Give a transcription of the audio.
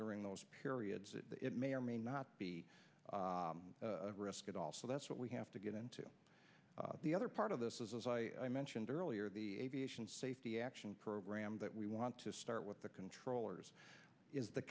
during those periods it may or may not be a risk at all so that's what we have to get into the other part of this is as i mentioned earlier the aviation safety action program that we want to start with the controllers is the